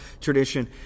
tradition